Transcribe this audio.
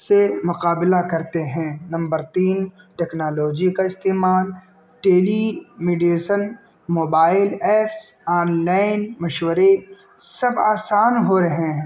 سے مقابلہ کرتے ہیں نمبر تین ٹیکنالوجی کا استعمال telemedicine mobile apps online مشورے سب آسان ہو رہے ہیں